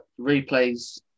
Replays